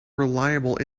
reliable